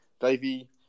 Davey